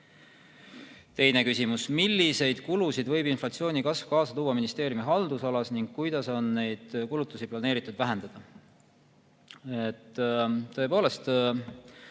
Teine küsimus: "Milliseid kulusid võib inflatsiooni kasv kaasa tuua ministeeriumi haldusalas ning kuidas on neid kulutusi planeeritud vähendada?" Tõepoolest